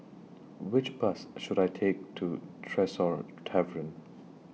Which Bus should I Take to Tresor Tavern